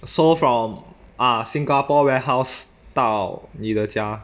so from uh singapore warehouse 到你的家